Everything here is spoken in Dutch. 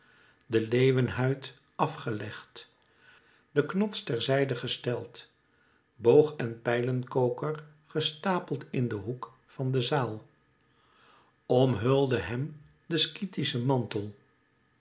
de leeuwenhuid af gelegd den knots ter zijde gesteld boog en pijlenkoker gestapeld in den hoek van de zaal omhulde hem de skythische mantel